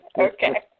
okay